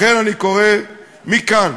לכן, אני קורא מכאן